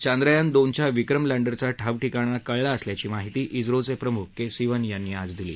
चांद्रयान दोनच्या विक्रम लँडरचा ठावठिकाणा कळला असल्याची माहिती इस्रोचे प्रमुख के सिवन यांनी आज दिली